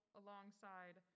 alongside